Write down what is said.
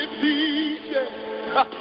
peace